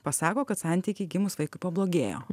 pasako kad santykiai gimus vaikui pablogėjo